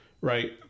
Right